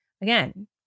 again